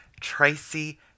Tracy